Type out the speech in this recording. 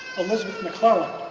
elizabeth mcclelland,